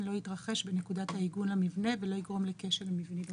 לא יתרחש בנקודת העיגון למבנה ולא יגרום לכשל מבני.